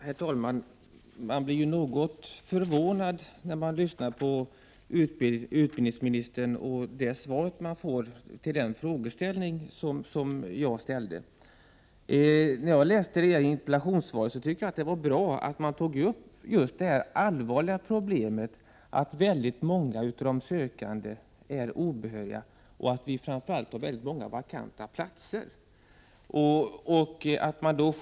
Herr talman! Jag blir något förvånad när jag lyssnar på utbildningsministerns svar på den fråga jag ställde. När jag läste interpellationssvaret tyckte jag att det var bra att de allvarliga problemen med att väldigt många av de sökande är obehöriga och att väldigt många vakanta platser togs upp.